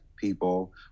people